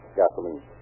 gasoline